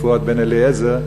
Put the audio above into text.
פואד בן-אליעזר,